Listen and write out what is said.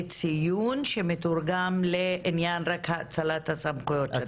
לציון, שמתורגם לעניין רק האצלת הסמכויות.